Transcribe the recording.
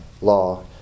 law